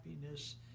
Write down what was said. happiness